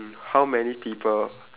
mm how many people